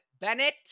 Bennett